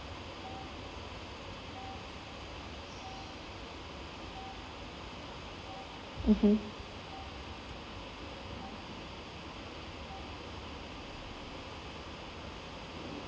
mmhmm